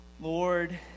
Lord